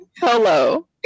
Hello